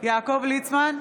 יעקב ליצמן,